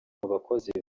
bakozi